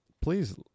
please